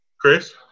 Chris